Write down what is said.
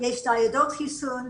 יש ניידות חיסון,